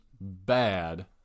bad